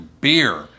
beer